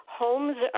homes